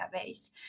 database